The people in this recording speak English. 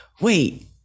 wait